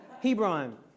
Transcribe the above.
Hebron